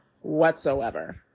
whatsoever